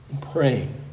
Praying